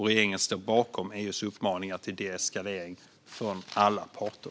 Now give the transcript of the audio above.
Regeringen står bakom EU:s uppmaningar till deeskalering från alla parter.